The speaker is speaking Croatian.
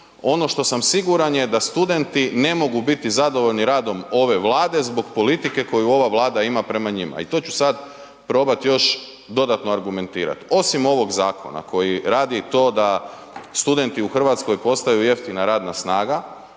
ono što sam siguran je da studenti ne mogu biti zadovoljni radom ove Vlade zbog politike koju ova Vlada ima prema njima i to ću sad probat još dodatno argumentirati. Osim ovog zakona koji radi to da studenti u Hrvatskoj postaju jeftina radna snaga,